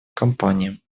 компаниям